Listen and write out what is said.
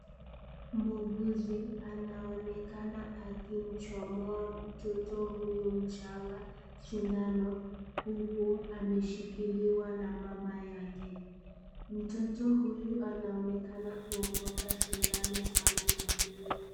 Muuguzi anaonekana akimchomoa mtoto huyu mchanga sindano huku ameshikiliwa na mama yake. Mtoto huyu anaonekana kuogopa sindano sana na kulia.